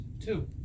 Two